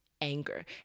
anger